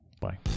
Bye